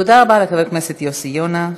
תודה רבה לחבר הכנסת יוסי יונה.